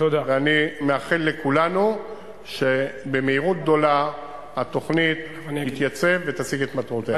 אני מאחל לכולנו שבמהירות גדולה התוכנית תתייצב ותשיג את מטרותיה.